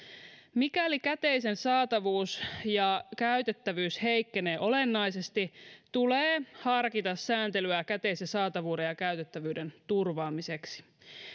mikäli käteisen saatavuus ja käytettävyys heikkenee olennaisesti tulee harkita sääntelyä käteisen saatavuuden ja käytettävyyden turvaamiseksi